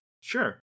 Sure